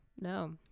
no